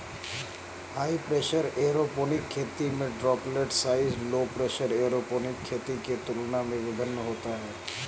high pressure aeroponic खेती में droplet size low pressure aeroponic खेती के तुलना में भिन्न होता है